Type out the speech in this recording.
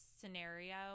scenario